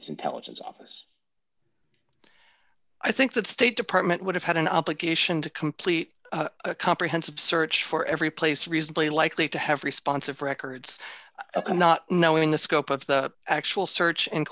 its intelligence office i think that state department would have had an obligation to complete a comprehensive search for every place reasonably likely to have response of records not knowing the scope of the actual search